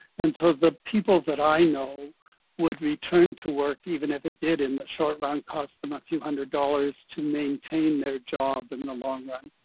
and so the people that i know would return to work even if it did in the short run cost them a few hundred dollars to maintain their job and in the long run.